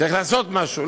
צריך לעשות משהו.